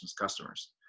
customers